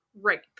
rape